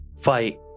fight